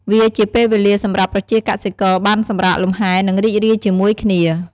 វាជាពេលវេលាសម្រាប់ប្រជាកសិករបានសម្រាកលំហែ និងរីករាយជាមួយគ្នា។